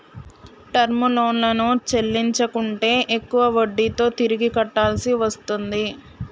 term లోన్లను చెల్లించకుంటే ఎక్కువ వడ్డీతో తిరిగి కట్టాల్సి వస్తుంది